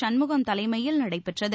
சண்மகம் தலைமையில் நடைபெற்றது